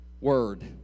word